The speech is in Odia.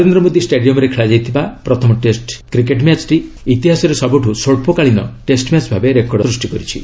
ନରେନ୍ଦ୍ର ମୋଦୀ ଷ୍ଟାଡିୟମ୍ରେ ଖେଳାଯାଇଥିବା ପ୍ରଥମ ଟେଷ୍ଟ ମ୍ୟାଚ୍ କ୍ରିକେଟ୍ ଇତିହାସରେ ସବୁଠୁ ସ୍ୱଚ୍ଚକାଳୀନ ଟେଷ୍ଟ ମ୍ୟାଚ୍ ଭାବେ ରେକର୍ଡ ସୃଷ୍ଟି କରିଛି